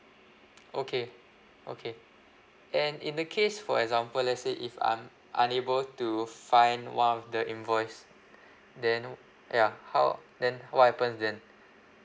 okay okay then in the case for example let's say if I'm unable to find one of the invoice then ya how then what happens then